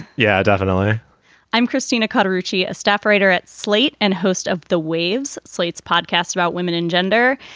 yeah, definitely i'm christina kotto ruchi, a staff writer at slate and host of the waves slate's podcast about women and gender.